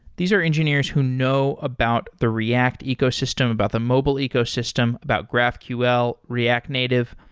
these are engineers who know about the react ecosystem, about the mobile ecosystem, about graphql, react native.